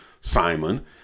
Simon